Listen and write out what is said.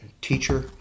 teacher